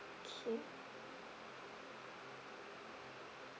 okay